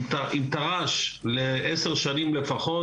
עם תר"ש לעשר שנים לפחות,